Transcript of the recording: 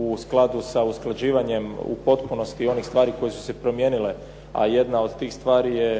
u skladu sa usklađivanjem u potpunosti onih stvari koje su se promijenile, a jedna od tih stvari je